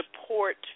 support